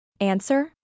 Answer